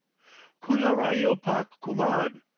khuda rail pak kumad!